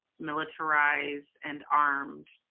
militarized and armed,